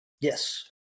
Yes